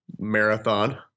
marathon